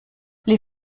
les